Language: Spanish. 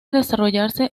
desarrollarse